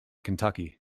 kentucky